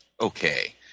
Okay